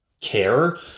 care